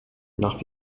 nach